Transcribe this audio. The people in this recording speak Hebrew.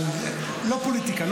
לא פוליטיקה,